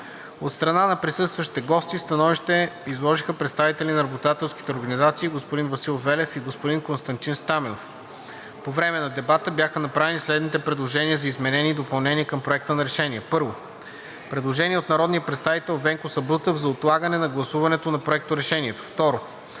От страна на присъстващите гости становища изложиха представителите на работодателските организации: господин Васил Велев и господин Константин Стаменов. По време на дебата бяха направени следните предложения за изменения и допълнения към Проекта на решение: 1. Предложение от народния представител Венко Сабрутев за отлагане на гласуването на Проекторешението. 2.